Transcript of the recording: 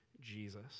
Jesus